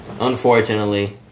unfortunately